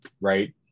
right